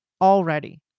already